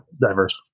diverse